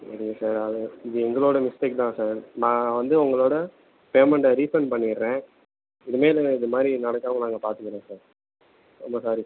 அப்படி கிடையாது சார் ஆனால் இது எங்களோடய மிஸ்டேக் தான் சார் நான் வந்து உங்களோடய பேமெண்ட்டை ரீஃபண்ட் பண்ணிடறேன் இனிமேல் இது மாதிரி நடக்காமல் நாங்கள் பார்த்துக்குறோம் சார் ரொம்ப ஸாரி சார்